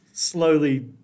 slowly